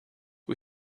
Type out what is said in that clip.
who